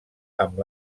amb